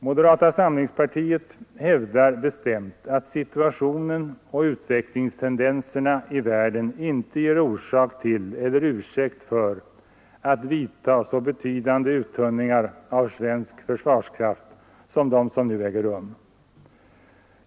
Moderata samlingspartiet hävdar bestämt att situationen och utvecklingstendenserna i världen inte ger orsak till eller ursäkt för att vidta så betydande uttunningar av svensk försvarskraft som de som nu äger rum.